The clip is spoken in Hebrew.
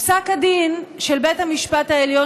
פסק הדין של בית המשפט העליון,